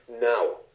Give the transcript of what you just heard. now